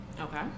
okay